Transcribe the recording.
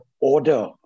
order